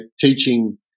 teaching